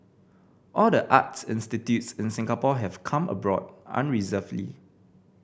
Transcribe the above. all the arts institutes in Singapore have come aboard unreservedly